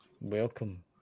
Welcome